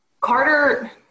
Carter